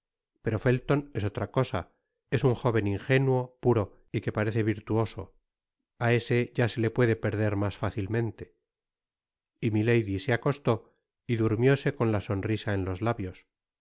pero felton es otra cosa es un jóven ingenuo puro y que parece virtuoso á ese ya se le puede perder mas fácilmente i i y milady se acostó y durmióse con la sonrisa en los labios